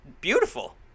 beautiful